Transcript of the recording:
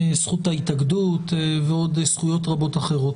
זכות ההתאגדות ועוד זכויות רבות אחרות.